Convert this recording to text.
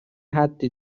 حدی